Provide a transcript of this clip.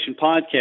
podcast